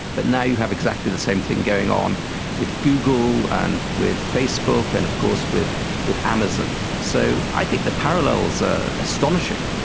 but now you have exactly the same thing going on with google and with facebook and of course with with amazon. so i think the parallels are astonishing.